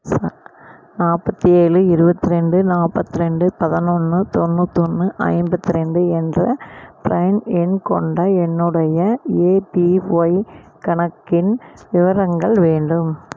நாற்பத்தி ஏழு இருபத்ரெண்டு நாற்பத்ரெண்டு பதினொன்று தொண்ணூத்தொன்று ஐம்பத்திரெண்டு என்ற பிரைன் எண் கொண்ட என்னுடைய ஏபிஒய் கணக்கின் விவரங்கள் வேண்டும்